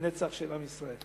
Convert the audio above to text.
נצח של עם ישראל.